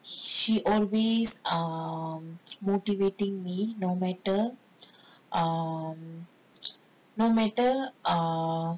she always err motivating me no matter um no matter err